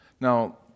Now